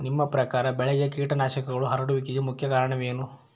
ನಿಮ್ಮ ಪ್ರಕಾರ ಬೆಳೆಗೆ ಕೇಟನಾಶಕಗಳು ಹರಡುವಿಕೆಗೆ ಮುಖ್ಯ ಕಾರಣ ಏನು?